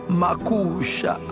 makusha